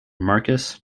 marcus